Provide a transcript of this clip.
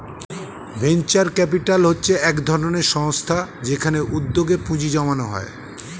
venture capital হচ্ছে একধরনের সংস্থা যেখানে উদ্যোগে পুঁজি জমানো হয়